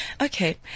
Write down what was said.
Okay